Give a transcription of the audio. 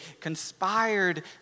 conspired